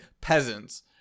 peasants